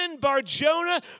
barjona